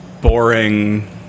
boring